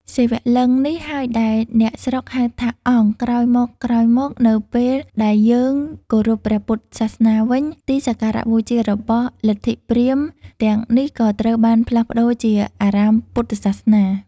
សិវលិង្គ នេះហើយដែលអ្នកស្រុកហៅថា "អង្គ" ក្រោយមកៗ នៅពេលដែលយើងគោរពព្រះពុទ្ធសាសនាវិញ ទីសក្ការៈបូជារបស់លទ្ធិព្រាហ្មណ៍ទាំងនេះក៏ត្រូវបានផ្លាស់ប្ដូរជាអារាមពុទ្ធសាសនា។